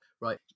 right